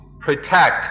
protect